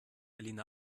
alina